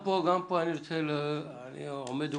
שבהם הרשות המקומית לא מסכימה להעמיד את חלקה